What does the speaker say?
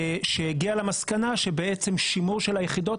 שהגיע למסקנה שבעצם שימור של היחידות